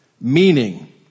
meaning